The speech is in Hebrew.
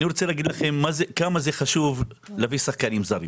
אני רוצה להגיד לכם כמה זה חשוב להביא שחקנים זרים.